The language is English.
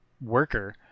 worker